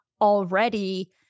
already